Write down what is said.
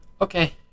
Okay